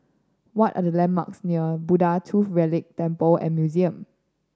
what are the landmarks near Buddha Tooth Relic Temple and Museum